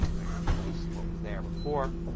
me replace what was there before,